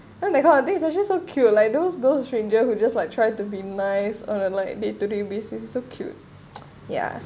and that kind of these actually so cute like those those stranger who just like try to be nice or like day to day basis so cute yeah